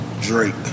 Drake